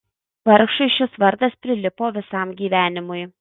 vargšui šis vardas prilipo visam gyvenimui